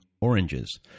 oranges